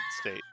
state